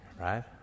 right